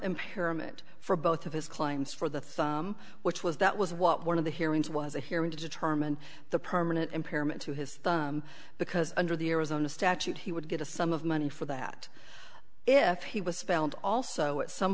impairment for both of his claims for the thumb which was that was what one of the hearings was a hearing to determine the permanent impairment to his thumb because under the arizona statute he would get a sum of money for that if he was spelled also at some